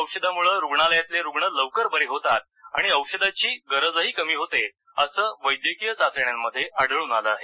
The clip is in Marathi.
औषधामुळं रुग्णालयातले रुग्ण लवकर वरे होतात आणि औषधांची गरजही कमी होते असं वैद्यकीय चाचण्यांमध्ये आढळून आलं आहे